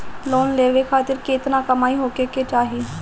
Loan लेवे खातिर केतना कमाई होखे के चाही?